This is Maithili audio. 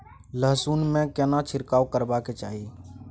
लहसुन में केना छिरकाव करबा के चाही?